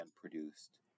produced